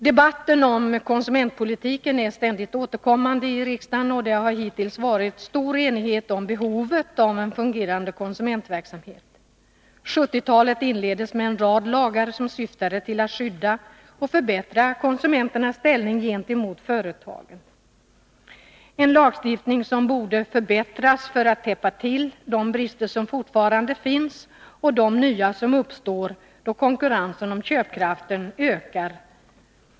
Debatten om konsumentpolitiken är ständigt återkommande i riksdagen. Det har hittills varit stor enighet om behovet av en fungerande konsumentverksamhet. 1970-talet inleddes med en rad lagar, som syftade till att skydda och förbättra konsumenternas ställning gentemot företagen, en lagstiftning som borde förbättras för att täppa till de brister som fortfarande finns och de nya som uppstår, då konkurrensen om köpkraften ökar.